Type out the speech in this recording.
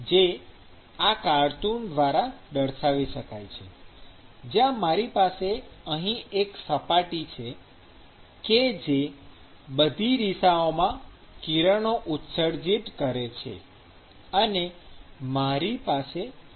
જે આ કાર્ટૂન દ્વારા દર્શાવી શકાય છે જ્યાં મારી પાસે અહી એક સપાટી છે કે જે બધી દિશાઓમાં કિરણો ઉત્સર્જિત કરે છે અને મારી પાસે બીજી પણ સપાટી છે ઉપરની સ્લાઇડ સ્નેપશોટ જુઓ